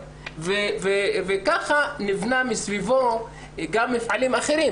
וכך נבנו מסביבו גם מפעלים אחרים.